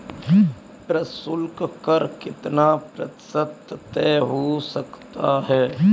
प्रशुल्क कर कितना प्रतिशत तक हो सकता है?